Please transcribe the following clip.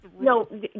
No